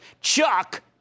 Chuck